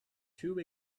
two